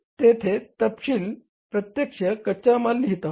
तर आपण येथे तपशील प्रत्यक्ष कच्चा माल लिहीत आहोत